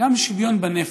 גם שוויון בנפש.